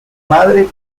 madre